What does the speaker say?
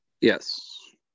Yes